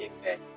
Amen